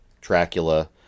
Dracula